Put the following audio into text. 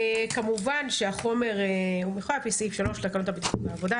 כמובן שהחומר על פי סעיף 3 לתקנות הבטיחות בעבודה,